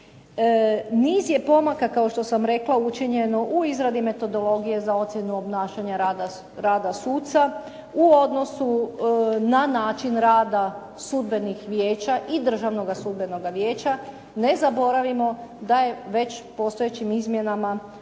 Niz je pomaka kao što sam rekla učinjeno u izradi metodologije za ocjenu obnašanja rada suca u odnosu na način rada sudbenih vijeća i Državnoga sudbenoga vijeća ne zaboravimo da je već postojećim izmjenama